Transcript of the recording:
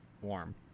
Warm